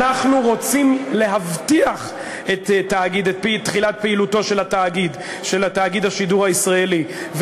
אנחנו רוצים להבטיח את תחילת הפעילות של תאגיד השידור הישראלי.